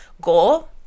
goal